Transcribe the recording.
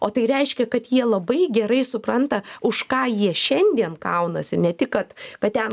o tai reiškia kad jie labai gerai supranta už ką jie šiandien kaunasi ne tik kad kad ten